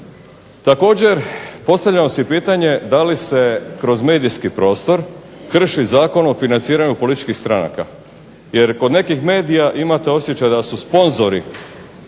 Također postavljamo si pitanje da li se kroz medijski prostor krši Zakon o financiranju političkih stranaka. Jer kod nekih medija imate osjećaj da su sponzori